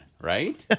right